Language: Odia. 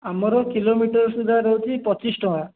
ଆମର କିଲୋମିଟର୍ ସୁଦ୍ଧା ରହୁଛି ପଚିଶ ଟଙ୍କା